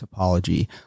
topology